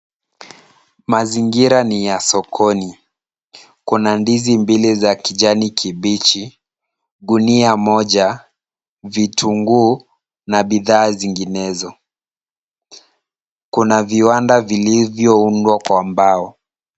Mazingira ni ya sokoni. Kuna ndizi mbili za kijani kibichi, gunia moja, vitunguu, na bidhaa zinginezo. Kuna viwanda vilivyoundwa kwa mbao.